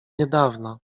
niedawna